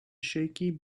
shaky